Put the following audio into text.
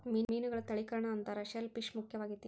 ಮೇನುಗಳ ತಳಿಕರಣಾ ಅಂತಾರ ಶೆಲ್ ಪಿಶ್ ಮುಖ್ಯವಾಗೆತಿ